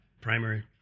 Primary